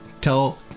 tell